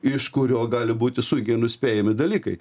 iš kurio gali būti sunkiai nuspėjami dalykai